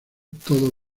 todo